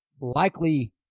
likely